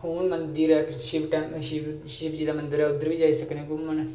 खून मंदिर ऐ इक शिव शिवजी दा मंदर ऐ उद्धर बी जाई सकने घूमन